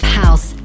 house